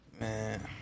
Man